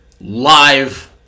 live